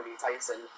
Tyson